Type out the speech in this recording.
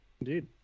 Indeed